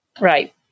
right